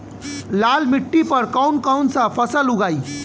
लाल मिट्टी पर कौन कौनसा फसल उगाई?